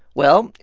well,